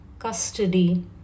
Custody